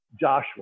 Joshua